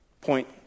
Point